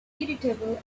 irritable